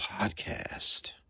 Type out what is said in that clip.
Podcast